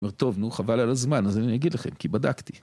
אומר, טוב, נו, חבל על הזמן, אז אני אגיד לכם, כי בדקתי.